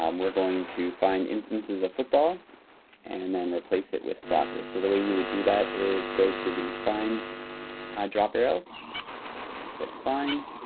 um we're going to find instances of football and then replace it with soccer. so the way you would do that is go to the find drop arrow and click find.